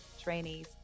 trainees